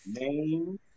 name